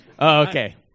Okay